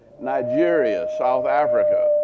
nigeria, south africa,